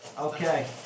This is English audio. Okay